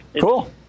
Cool